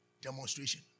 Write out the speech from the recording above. demonstration